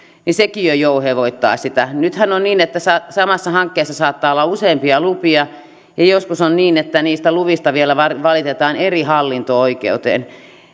ja sekin jo jouhevoittaa nythän on niin että samassa hankkeessa saattaa olla useampia lupia ja ja joskus on niin että niistä luvista vielä valitetaan eri hallinto oikeuteen